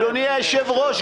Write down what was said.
אדוני היושב-ראש,